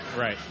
Right